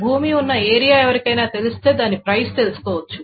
భూమి ఉన్న ఏరియా ఎవరికైనా తెలిస్తే దాని ప్రైస్ తెలుసుకోవచ్చు